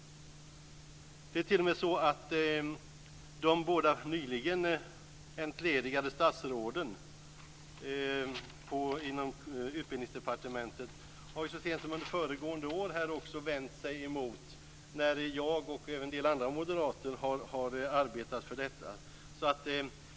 Det är t.o.m. så att de båda nyligen entledigade statsråden inom Utbildningsdepartementet så sent som under föregående år också har vänt sig emot det när jag och även en del andra moderater har arbetat för detta.